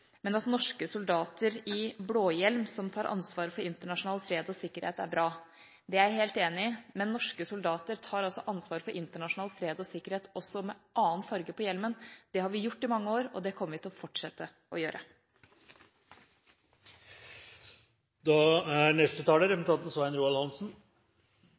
Men norske soldater tar ansvar for internasjonal fred og sikkerhet også med annen farge på hjelmen. Det har vi gjort i mange år, og det kommer vi til å fortsette å gjøre. Neste taler er representanten Svein Roald Hansen,